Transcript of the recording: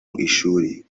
ishuri